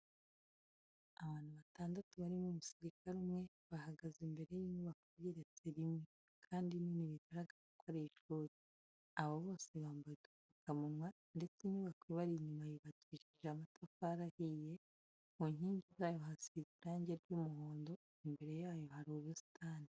Abantu batandatu barimo umusirikare umwe bahagaze imbere y'inyubako igeretse rimwe, kandi nini bigaragara ko ari ishuri. Abo bose bambaye udupfukamunwa ndetse inyubako ibari inyuma yubakishije amatafari ahiye, ku nkingi zayo hasize irange ry'umuhondo, imbere yayo hari ubusitani.